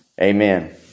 Amen